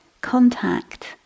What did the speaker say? contact